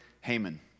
Haman